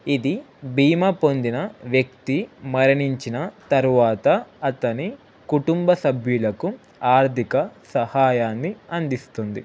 ఇది బీమా పొందిన వ్యక్తి మరణించిన తరువాత అతని కుటుంబ సభ్యులకు ఆర్థిక సహాయాన్ని అందిస్తుంది